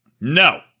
No